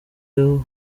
nayo